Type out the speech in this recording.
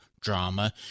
drama